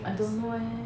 I don't know eh